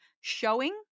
showing